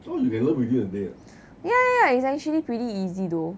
oh you can learn within a day ah